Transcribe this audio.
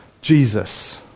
Jesus